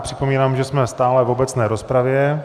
Připomínám, že jsme stále v obecné rozpravě.